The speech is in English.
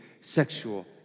sexual